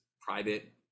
private